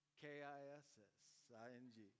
K-I-S-S-I-N-G